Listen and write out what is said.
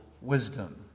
wisdom